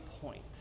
point